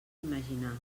imaginar